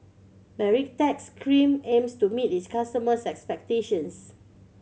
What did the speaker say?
Baritex Cream aims to meet its customers' expectations